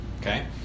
Okay